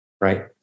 Right